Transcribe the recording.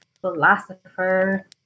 philosopher